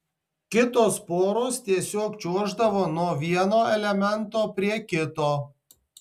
kitos poros tiesiog čiuoždavo nuo vieno elemento prie kito